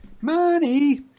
Money